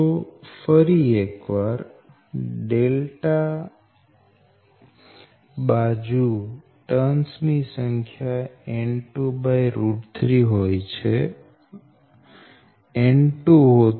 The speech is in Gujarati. તો ફરી એક વાર અહી ∆ બાજુ ટર્ન્સ ની સંખ્યાN23 હોય છે N2 નથી હોતી